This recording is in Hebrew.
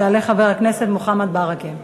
יעלה חבר הכנסת מוחמד ברכה.